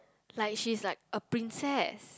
like she's like a princess